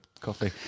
coffee